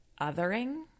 othering